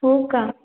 हो का